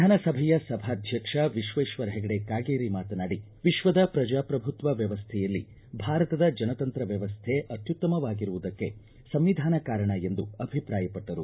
ವಿಧಾನಸಭೆಯ ಸಭಾಧ್ಯಕ್ಷ ವಿಶ್ವೇಶ್ವರ ಹೆಗಡೆ ಕಾಗೇರಿ ಮಾತನಾಡಿ ವಿಶ್ವದ ಪ್ರಜಾಪ್ರಭುತ್ವ ವ್ಯವಸ್ಥೆಯಲ್ಲಿ ಭಾರತದ ಜನತಂತ್ರ ವ್ಯವಸ್ಥೆ ಅತ್ಯುತ್ತಮವಾಗಿರುವುದಕ್ಕೆ ಸಂವಿಧಾನ ಕಾರಣ ಎಂದು ಅಭಿಪ್ರಾಯಪಟ್ಟರು